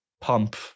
pump